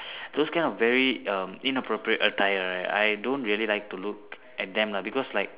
those kind of very um inappropriate attire I don't really like to look at them lah because like